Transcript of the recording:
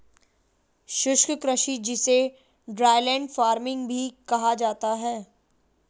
शुष्क कृषि जिसे ड्राईलैंड फार्मिंग भी कहा जाता है